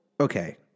Okay